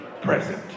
present